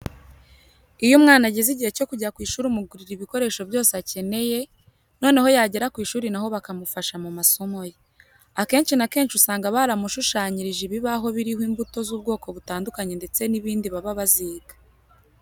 Iyo umwana ageze igihe cyo kujya ku ishuri umugurira ibikoresho byose akeneye, noneho yagera ku ishuri na ho bakamufasha mu masomo ye. Akenshi na kenshi usanga barabashushanyirije ibibaho biriho imbuto z'ubwoko butandukanye ndetse n'ibindi baba baziga.